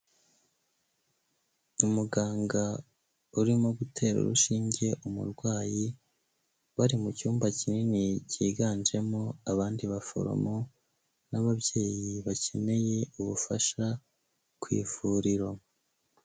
Umuganga urimo gutera urushinge umurwayi, bari mu cyumba kinini cyiganjemo abandi baforomo n'ababyeyi bakeneye ubufasha ku ivuriro.